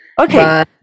Okay